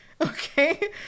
Okay